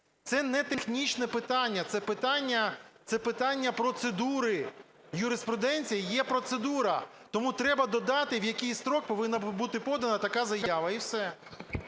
Це не технічне питання. Це питання процедури. Юриспруденція є процедура. Тому треба додати, в який строк повинна бути подана така заява, і все.